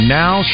now